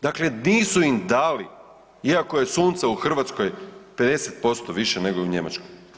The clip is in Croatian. Dakle, nisu im dali iako je sunca u Hrvatskoj 50% više nego u Njemačkoj.